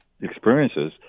experiences